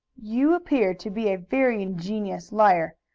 you appear to be a very ingenious liar,